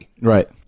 Right